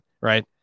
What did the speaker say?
right